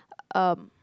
um